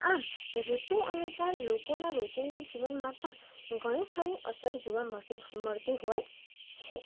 આમ ઋતુ અનુસાર લોકોના રોજિંદા જીવનમાં પણ ઘણી ખરી અસર જોવા મટી મળતી હોય છે